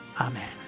Amen